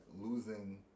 losing